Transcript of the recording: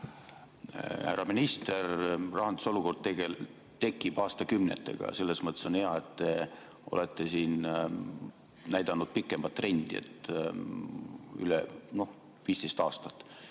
Härra minister! Rahandusolukord tekib aastakümnetega. Selles mõttes on hea, et te olete siin näidanud pikemat trendi, noh, 15 aastat.